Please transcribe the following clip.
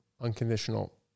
unconditional